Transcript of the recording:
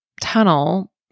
tunnel